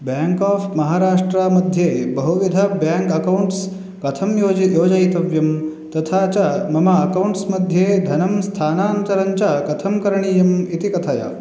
bank of Maharashtra मध्ये बहुविध bank accounts कथं योजयित् योजयितव्यं तथा च मम अकौण्ट्स् मध्ये धनं स्थानान्तरं च कथं करणीयम् इति कथय